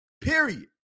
period